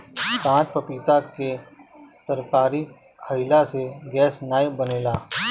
काच पपीता के तरकारी खयिला से गैस नाइ बनेला